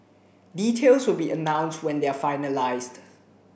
details will be announced when they are finalised